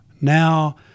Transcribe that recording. Now